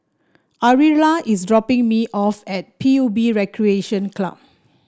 Ariella is dropping me off at P U B Recreation Club